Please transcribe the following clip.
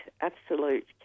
absolute